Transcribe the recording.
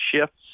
shifts